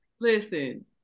Listen